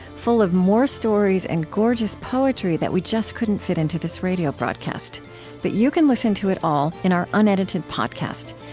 full of more stories and gorgeous poetry that we just couldn't fit into this radio broadcast. but you can listen to it all in our unedited podcast.